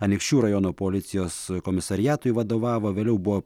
anykščių rajono policijos komisariatui vadovavo vėliau buvo